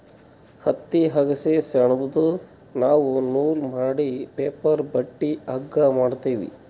ಹತ್ತಿ ಅಗಸಿ ಸೆಣಬ್ದು ನಾವ್ ನೂಲ್ ಮಾಡಿ ಪೇಪರ್ ಬಟ್ಟಿ ಹಗ್ಗಾ ಮಾಡ್ತೀವಿ